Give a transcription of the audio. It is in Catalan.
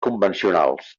convencionals